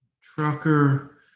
Trucker